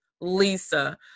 Lisa